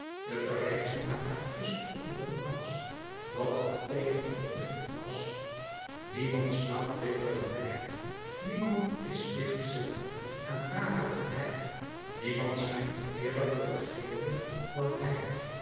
de parijzenaar is onder de franschen wat de athener onder de grieken was niemand slaapt beter dan hij niemand is lichtzinniger en trager dan hij niemand schijnt eerder te vergeten dan hij